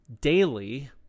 daily